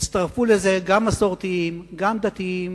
יצטרפו לזה גם מסורתיים, גם דתיים